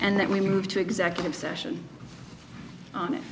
and then we move to executive session on